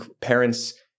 parents